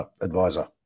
advisor